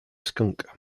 skunk